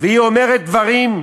והיא אומרת דברים,